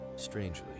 Strangely